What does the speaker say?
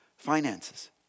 Finances